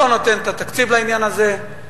לא נותנת את התקציב לעניין הזה.